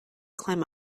climb